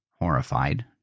horrified